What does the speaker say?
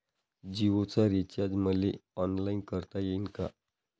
जीओच रिचार्ज मले ऑनलाईन करता येईन का?